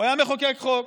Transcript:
הוא היה מחוקק חוק,